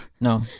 No